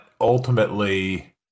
ultimately